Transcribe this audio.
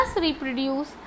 reproduce